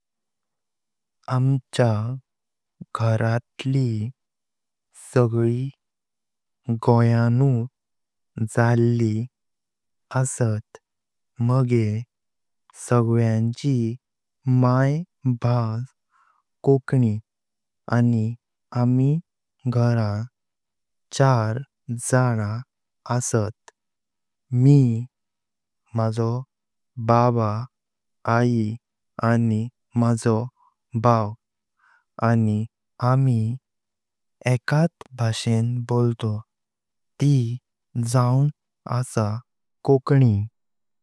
आमचा घरातली सगळी गोइंच जाळली आसत मागें सगळ्यांची माय भास कोंकणी आनि आमी घरा चार जना आसतं मी म्हाजो बाब। आई आनि म्हाजो भाव आनि आमी एकांत भाषाव बोलतो ती जावन आसा कोंकणी।